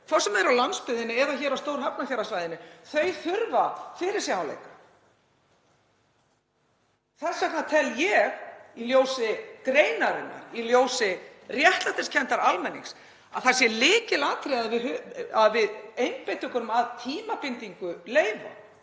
sem er á landsbyggðinni eða hér á Stór–Hafnarfjarðarsvæðinu, þau þurfa fyrirsjáanleika. Þess vegna tel ég, í ljósi greinarinnar, í ljósi réttlætiskenndar almennings, að það sé lykilatriði að við einbeitum okkur að tímabindingu leyfa.